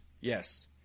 Yes